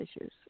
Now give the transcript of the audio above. issues